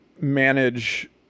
manage